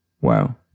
Wow